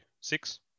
six